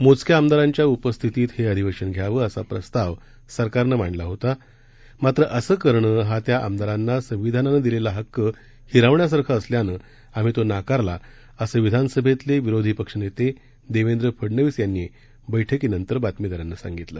मोजक्या आमदारांच्या उपस्थितीत हे अधिवेशन घ्यावं असा प्रस्ताव सरकारनं मांडला होता मात्र असं करणं हा त्या आमदारांना संविधानानं दिलेला हक्क हिरावण्यासारखं असल्यानं आम्ही तो नाकारला असं विधानसभेतले विरोधी पक्षनेते देवेंद्र फडनवीस यांनी बैठकीनंतर बातमीदारांना सांगितलं